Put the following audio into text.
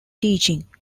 teaching